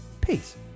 Peace